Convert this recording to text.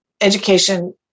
Education